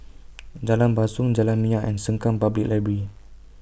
Jalan Basong Jalan Minyak and Sengkang Public Library